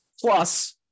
Plus